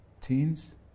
teens